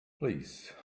please